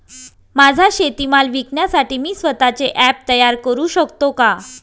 माझा शेतीमाल विकण्यासाठी मी स्वत:चे ॲप तयार करु शकतो का?